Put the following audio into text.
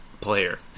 player